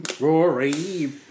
Rory